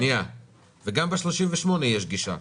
גם בסעיף 38 יש גישה.